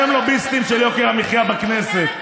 אתם לוביסטים של יוקר המחיה בכנסת,